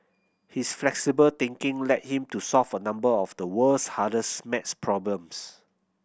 his flexible thinking led him to solve a number of the world's hardest maths problems